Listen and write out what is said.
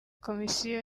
komisiyo